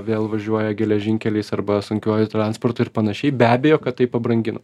vėl važiuoja geležinkeliais arba sunkiuoju transportu ir panašiai be abejo kad tai pabrangino